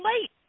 late